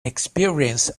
experience